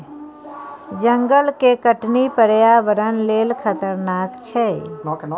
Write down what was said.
जंगल के कटनी पर्यावरण लेल खतरनाक छै